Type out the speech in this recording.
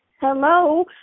Hello